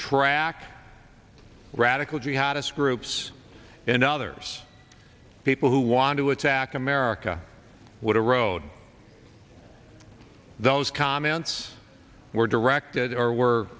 track radical jihadist groups and others people who want to attack america would erode those comments were directed or were